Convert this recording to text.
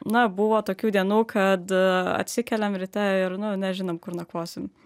na buvo tokių dienų kad atsikeliam ryte ir nu nežinom kur nakvosim